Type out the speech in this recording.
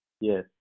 Yes